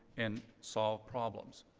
and solve problems.